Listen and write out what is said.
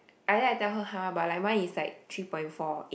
and then I tell her !huh! by like mine is like three point four eight